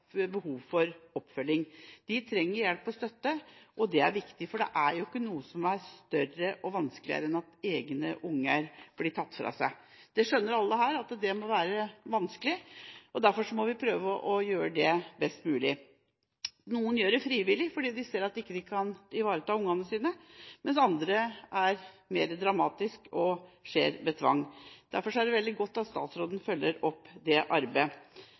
behov for oppfølging. De trenger hjelp og støtte, og det er viktig, for det er ikke noe som er verre og vanskeligere enn at egne unger blir tatt fra en. Alle her skjønner at det må være vanskelig. Derfor må vi prøve å gjøre dette best mulig. Noen gjør det frivillig fordi de ser at de ikke kan ivareta ungene sine, mens andre tilfeller er mer dramatiske og skjer med tvang. Derfor er det veldig godt at statsråden følger opp dette arbeidet.